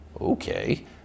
Okay